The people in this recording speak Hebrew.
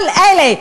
כל אלה,